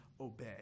obey